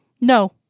No